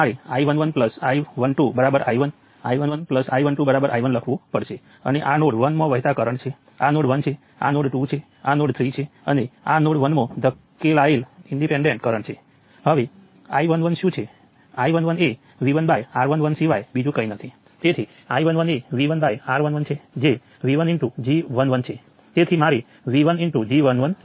મારી પાસે 7 milli amp current source છે અહીં 2 કિલો ઓહમ અજમાવી શકો છો કારણ કે તેમાં બે સોર્સ છે